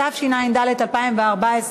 התשע"ד 2014,